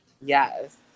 Yes